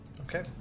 Okay